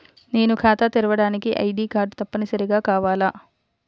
నేను ఖాతా తెరవడానికి ఐ.డీ కార్డు తప్పనిసారిగా కావాలా?